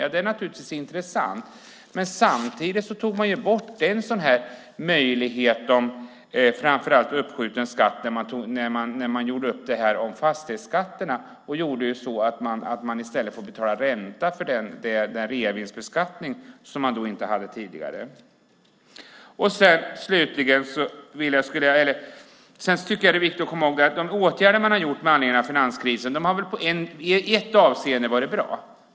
Ja, det är naturligtvis intressant, men samtidigt tog man bort möjligheten till uppskjuten skatt när man gjorde upp om fastighetsskatten. I stället ska nu ränta betalas på reavinstskatten, och så var det inte tidigare. De åtgärder som man har vidtagit med anledning av finanskrisen har i ett avseende varit bra.